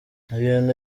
ibintu